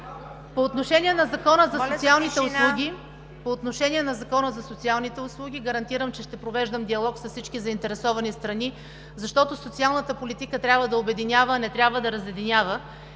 По отношение на Закона за социалните услуги гарантирам, че ще провеждам диалог с всички заинтересовани страни, защото социалната политика трябва да обединява, а не трябва да разединява.